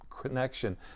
connection